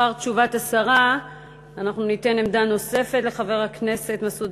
לאחר תשובת השרה אנחנו ניתן עמדה נוספת לחבר הכנסת מסעוד